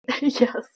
Yes